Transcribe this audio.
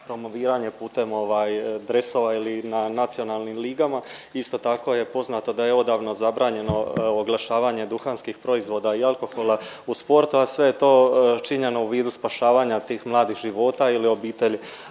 promoviranje putem dresova ili na nacionalnim ligama. Isto tako je poznato da je odavno zabranjeno oglašavanje duhanskih proizvoda i alkohola u sportu, a sve je to činjeno u vidu spašavanja tih mladih života ili obitelji.